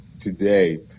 today